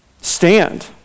stand